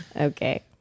Okay